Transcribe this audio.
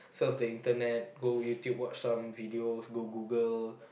surf the internet go YouTube watch some videos go Google